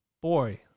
boy